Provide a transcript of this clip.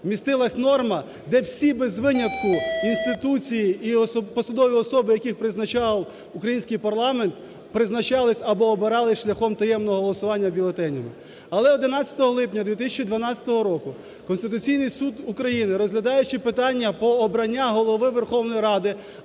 містилась норма, де всі без винятку інституції і посадові особи, яких призначав український парламент, призначались або обирались шляхом таємного голосування бюлетенями. Але 11 липня 2012 року Конституційний Суд України, розглядаючи питання про обрання Голови Верховної Ради